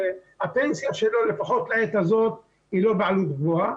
הפנסיה שלו, לפחות לעת הזאת, היא לא בעלות גבוהה.